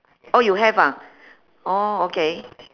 oh you have ah oh okay